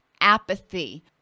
apathy